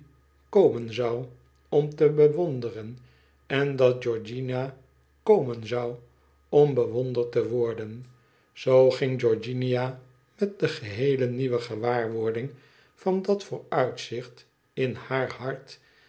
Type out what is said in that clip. komen zou om te bewonderen en dat georgiana komen zou om bewonderd te worden zoo ging georgiana met de geheel nieuwe gewaarwording van dat vooruitzicht in haar hart